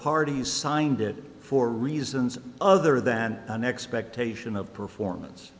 parties signed it for reasons other than an expectation of performance